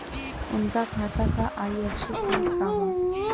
उनका खाता का आई.एफ.एस.सी कोड का बा?